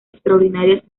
extraordinarias